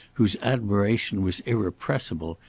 whose admiration was irrepressible,